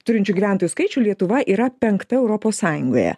turinčių gyventojų skaičių lietuva yra penkta europos sąjungoje